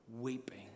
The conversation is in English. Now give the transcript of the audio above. weeping